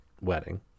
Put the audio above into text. wedding